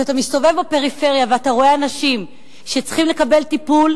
כשאתה מסתובב בפריפריה אתה רואה אנשים שצריכים לקבל טיפול,